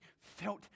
felt